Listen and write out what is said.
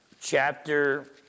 chapter